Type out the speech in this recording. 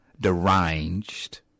deranged